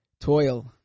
toil